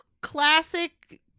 classic